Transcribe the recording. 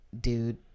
dude